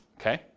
Okay